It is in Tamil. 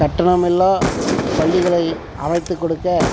கட்டணமில்லா பள்ளிகளை அமைத்துக்கொடுக்க